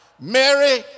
Mary